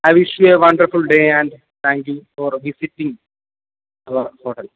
I wish you a wonderful day and thank you for visiting our hotel